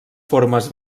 formes